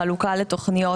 בחלוקה לתוכניות.